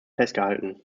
festgehalten